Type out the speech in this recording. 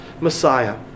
Messiah